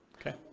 Okay